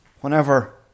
Whenever